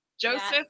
Joseph